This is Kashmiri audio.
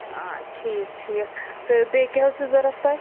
آ ٹھیٖکھ ٹھیٖکھ تہٕ بیٚیہِ کیٛاہ حظ چھُو ضروٗرت تۄہہِ